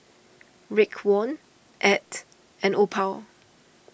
Raekwon Ed and Opal